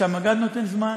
שהמגד נותן זמן,